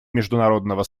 международного